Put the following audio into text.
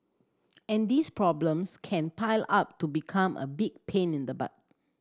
and these problems can pile up to become a big pain in the butt